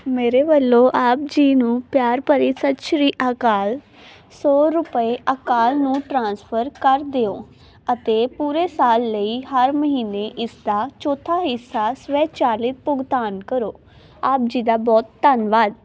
ਮੇਰੇ ਵੱਲੋਂ ਆਪ ਜੀ ਨੂੰ ਪਿਆਰ ਭਰੀ ਸਤਿ ਸ਼੍ਰੀ ਅਕਾਲ ਸੌ ਰੁਪਏ ਅਕਾਲ ਨੂੰ ਟ੍ਰਾਂਸਫਰ ਕਰ ਦਿਓ ਅਤੇ ਪੂਰੇ ਸਾਲ ਲਈ ਹਰ ਮਹੀਨੇ ਇਸਦਾ ਚੌਥਾ ਹਿੱਸਾ ਸਵੈਚਲਿਤ ਭੁਗਤਾਨ ਕਰੋ ਆਪ ਜੀ ਦਾ ਬਹੁਤ ਧੰਨਵਾਦ